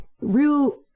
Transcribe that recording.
real